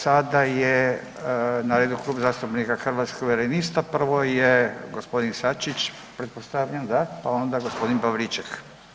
Sada je na redu Klub zastupnika Hrvatskih suverenista prvo je gospodin Sačić pretpostavljam da, pa onda gospodin Pavliček.